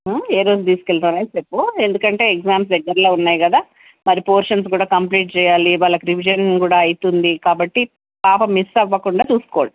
ఏ రోజు తీసుకు వెళ్తావు అనేది చెప్పు ఎందుకంటే ఎగ్జామ్స్ దగ్గరలో ఉన్నాయి కదా మరి పోర్షన్స్ కూడా కంప్లీట్ చేయాలి వాళ్ళకి రివిజన్ కూడా అవుతుంది కాబట్టి పాప మిస్ అవ్వకుండా చూసుకోండి